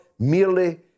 merely